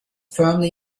firmly